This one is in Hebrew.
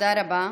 תודה רבה.